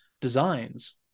designs